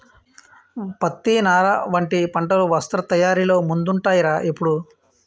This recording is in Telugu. పత్తి, నార వంటి పంటలు వస్త్ర తయారీలో ముందుంటాయ్ రా ఎప్పుడూ